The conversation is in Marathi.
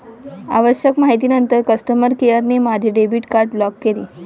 आवश्यक माहितीनंतर कस्टमर केअरने माझे डेबिट कार्ड ब्लॉक केले